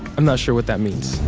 i'm not sure what that means.